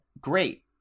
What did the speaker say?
Great